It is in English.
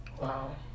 Wow